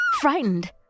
Frightened